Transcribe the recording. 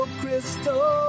crystal